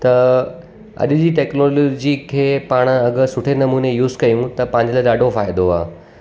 त अॼु जी टैक्नॉलोजी खे पाण अगरि सुठे नमूने यूज़ कयऊं त पंहिंजो त ॾाढो फ़ाइदो आहे